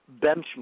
benchmark